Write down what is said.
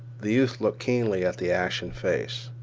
the youth looked keenly at the ashen face.